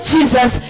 Jesus